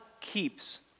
keeps